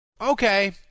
okay